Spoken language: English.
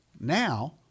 Now